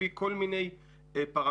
לפי כל מיני פרמטרים,